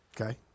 Okay